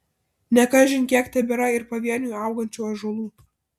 ne kažin kiek tebėra ir pavieniui augančių ąžuolų